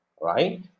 right